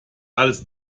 alles